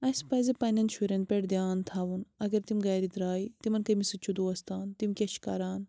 اسہِ پَزِ پننیٚن شُریٚن پٮ۪ٹھ دھیٛان تھاوُن اگر تِم گھرِ درٛایہِ تِمَن کٔمِس سۭتۍ چھُ دوستان تِم کیٛاہ چھِ کَران